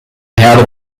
herde